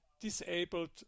disabled